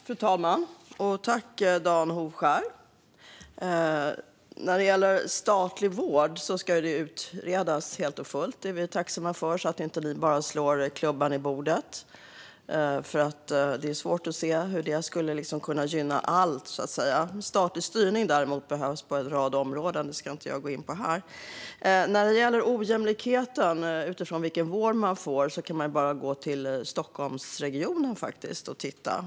Fru talman! När det gäller statlig vård ska det utredas helt och fullt, vilket vi är tacksamma för, så att ni inte bara slår klubban i bordet. Det är ju svårt att se hur det skulle kunna gynna allt, så att säga. Statlig styrning, däremot, behövs på en rad områden. Det ska jag inte gå in på här. När det gäller ojämlikheten gällande vilken vård man får kan man bara gå till Stockholmsregionen och titta.